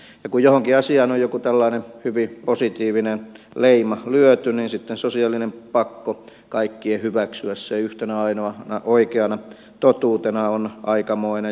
kun johonkin asiaan on joku tällainen hyvin positiivinen leima lyöty niin sitten sosiaalinen pakko kaikkien hyväksyä se yhtenä ainoana oikeana totuutena on aikamoinen